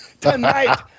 Tonight